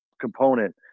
component